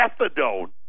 methadone